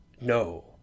no